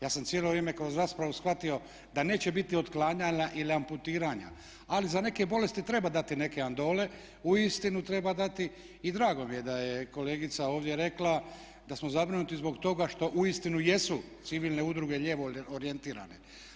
Ja sam cijelo vrijeme kroz raspravu shvatio da neće biti otklanjanja ili amputiranja, ali za neke bolesti treba dati neke andole, uistinu treba dati i drago mi je da je kolegica ovdje rekla da smo zabrinuti zbog toga što uistinu jesu civilne udruge lijevo orijentirane.